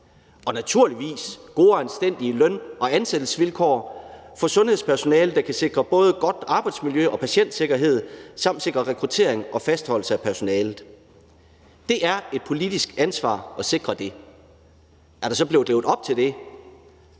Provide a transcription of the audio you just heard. og naturligvis gode og anstændige løn- og ansættelsesvilkår for sundhedspersonalet, der kan sikre både godt arbejdsmiljø og patientsikkerhed samt sikre rekruttering og fastholdelse af personalet. Det er et politisk ansvar at sikre det. Er der så blevet levet op til det?